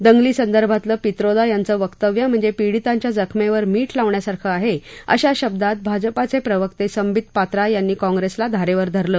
दंगलीसंदर्भातलं पित्रोदा यांचं वक्तव्य म्हणजे पिडीतांच्या जखमेवर मीठ लावण्यासारखं आहे अशा शब्दात भाजपाचे प्रवक्ते संबित पात्रा यांनी काँग्रेसला धारेवर धरलं